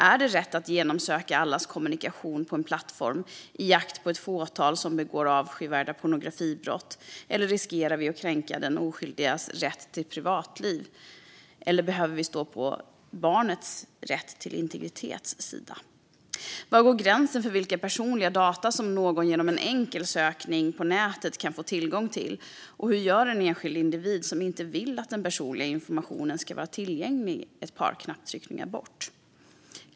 Är det rätt att genomsöka allas kommunikation på en plattform i jakt på ett fåtal som begår avskyvärda pornografibrott, eller riskerar vi då att kränka oskyldigas rätt till privatliv? Behöver vi stå upp för barnets rätt till integritet? Var går gränsen för vilka personliga data som någon genom en enkel sökning ska kunna få tillgång till, och hur gör en enskild individ som inte vill att den personliga informationen ska vara tillgänglig bara ett par knapptryckningar bort?